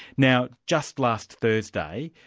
now just last thursday,